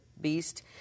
beast